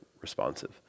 responsive